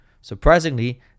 Surprisingly